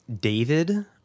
david